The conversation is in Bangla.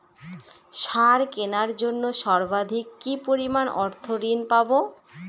সার কেনার জন্য সর্বাধিক কি পরিমাণ অর্থ ঋণ পাব?